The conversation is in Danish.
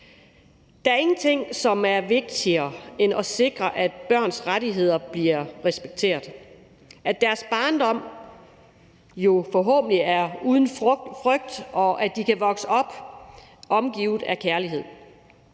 Der er ingenting, som er vigtigere end at sikre, at børns rettigheder bliver respekteret; at deres barndom forhåbentlig er uden frygt, og at de kan vokse op omgivet af kærlighed.